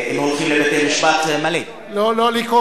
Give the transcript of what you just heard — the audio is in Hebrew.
אם הולכים לבתי-משפט, מלא, חקירות.